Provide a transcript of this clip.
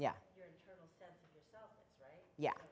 yeah yeah